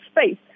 space